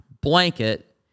Blanket